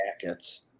jackets